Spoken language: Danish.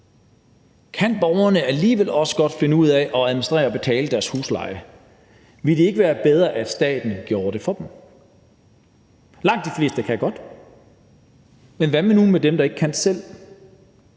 Kan borgerne alligevel godt finde ud af at administrere at betale deres husleje? Ville det ikke være bedre, hvis staten gjorde det for dem? Langt de fleste kan godt, men hvad nu med dem, der ikke kan selv?